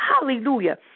Hallelujah